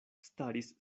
staris